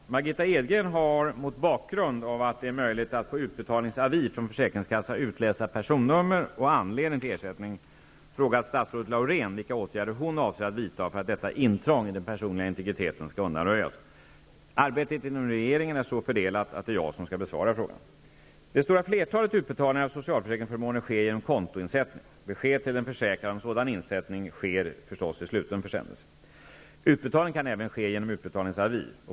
Fru talman! Margitta Edgren har, mot bakgrund av att det är möjligt att på utbetalningsavi från försäkringskassa utläsa personnummer och anledning till ersättning, frågat statsrådet Laurén vilka åtgärder hon avser att vidta för att detta intrång i den personliga integriteten skall undanröjas. Arbetet inom regeringen är så fördelat att det är jag som skall besvara frågan. Det stora flertalet utbetalningar av socialförsäkringsförmåner sker genom kontoinsättning. Besked till den försäkrade om sådan insättning sker i sluten försändelse. Utbetalning kan även ske genom utbetalningsavi.